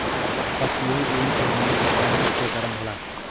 कश्मीरी ऊन से बनल कपड़ा बहुते गरम होला